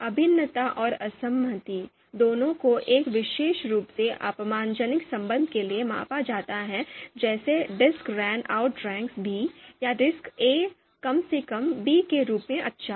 अभिन्नता और असहमति दोनों को एक विशेष रूप से अपमानजनक संबंध के लिए मापा जाता है जैसे disc ran आउट्रैंक्सB या disc ए 'कम से कम' बी 'के रूप में अच्छा है